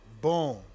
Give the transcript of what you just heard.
Boom